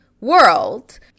world